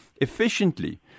efficiently